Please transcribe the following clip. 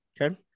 Okay